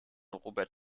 robert